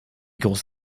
groß